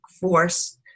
force